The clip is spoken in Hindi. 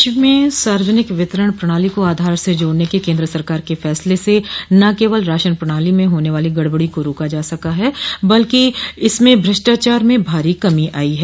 देश में सार्वजनिक वितरण प्रणाली को आधार से जोड़ने के केन्द्र सरकार के फैसले से न केवल राशन प्रणाली में होने वाली गड़बडो को रोका जा सका है बल्कि इसमें भ्रष्टाचार में भारी कमी आई है